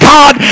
God